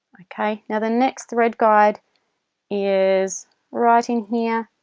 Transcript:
okay now the next thread guide is right in here